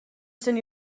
send